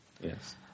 Yes